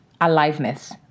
aliveness